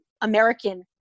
American